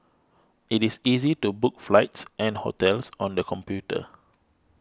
it is easy to book flights and hotels on the computer